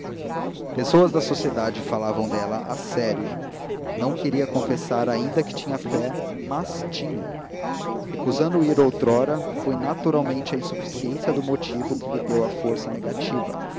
pessoas da sociedade falavam dela a sério não queria confessar ainda que tinha fé mas tinha recusando ir outrora foi naturalmente a insuficiência do motivo que lhe deu a força negativa